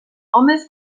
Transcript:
homes